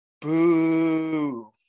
boo